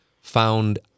found